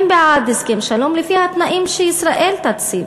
הם בעד הסכם שלום לפי התנאים שישראל תציב.